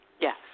Yes